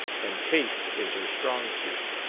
and taste is her strong suit.